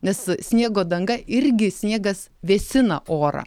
nes sniego danga irgi sniegas vėsina orą